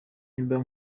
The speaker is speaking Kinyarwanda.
n’imbuga